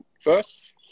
first